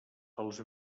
els